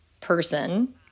person